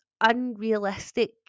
unrealistic